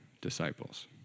disciples